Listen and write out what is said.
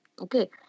Okay